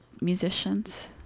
musicians